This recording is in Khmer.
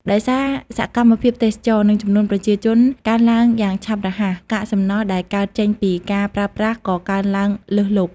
ដោយសារសកម្មភាពទេសចរណ៍ និងចំនួនប្រជាជនកើនឡើងយ៉ាងឆាប់រហ័ស កាកសំណល់ដែលកើតចេញពីការប្រើប្រាស់ក៏កើនឡើងលើសលប់។